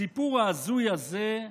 הסיפור ההזוי הזה,